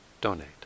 donate